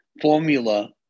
formula